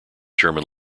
german